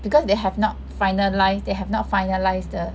because they have not finalised they have not finalised the